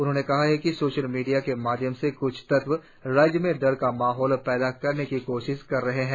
उन्होंने कहा कि सोशल मिडिया के माध्यम से क्छ तत्व राज्य में डर का माहौल पैदा करने की कोशिश कर रहे है